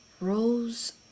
rose